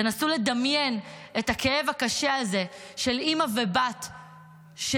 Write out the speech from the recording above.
תנסו לדמיין את הכאב הקשה הזה של אימא ובת שנפרדות,